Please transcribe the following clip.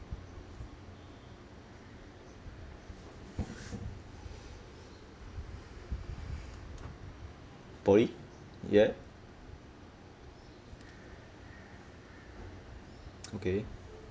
poly yet okay